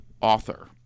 author